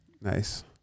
Nice